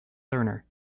lerner